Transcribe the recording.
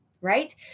right